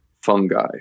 fungi